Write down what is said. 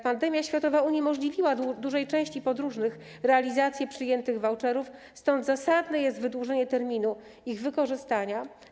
Pandemia światowa uniemożliwiła dużej części podróżnych realizację przyjętych voucherów, stąd zasadne jest wydłużenie terminu ich wykorzystania.